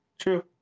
true